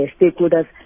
stakeholders